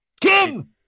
Kim